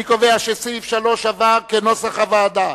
אני קובע שסעיף 3 עבר כנוסח הוועדה.